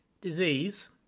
Disease